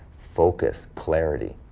focus, clarity.